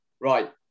Right